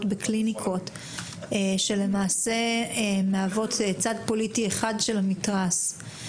בקליניקות שמציגות צד פוליטי אחד של המתרס.